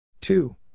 Two